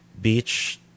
beach